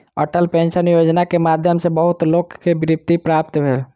Atal pension योजना के माध्यम सॅ बहुत लोक के वृत्ति प्राप्त भेल